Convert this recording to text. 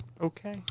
Okay